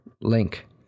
link